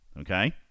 Okay